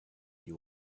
you